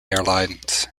airlines